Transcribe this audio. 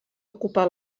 ocupar